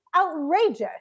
outrageous